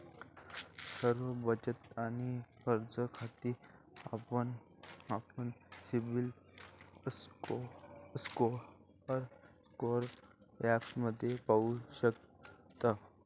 सर्व बचत आणि कर्ज खाती आपण सिबिल स्कोअर ॲपमध्ये पाहू शकतो